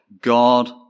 God